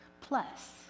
plus